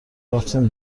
رفتیم